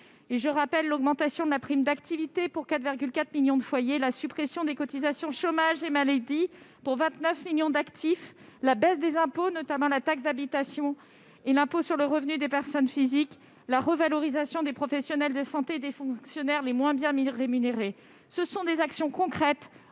rappelle l'augmentation de la prime d'activité, pour 4,4 millions de foyers, la suppression des cotisations chômage et maladie, pour 29 millions d'actifs, la baisse des impôts, notamment de la taxe d'habitation et de l'impôt sur le revenu des personnes physiques, la revalorisation du traitement des professionnels de santé et des fonctionnaires les moins bien rémunérés. Voilà des actions concrètes,